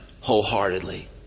wholeheartedly